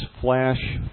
flash